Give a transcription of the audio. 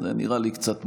זה נראה לי קצת מוזר,